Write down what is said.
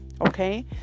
Okay